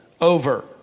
over